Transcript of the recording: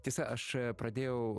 tiesa aš pradėjau